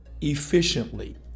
efficiently